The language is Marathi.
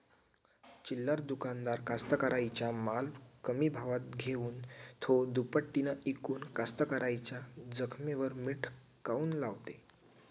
चिल्लर दुकानदार कास्तकाराइच्या माल कमी भावात घेऊन थो दुपटीनं इकून कास्तकाराइच्या जखमेवर मीठ काऊन लावते?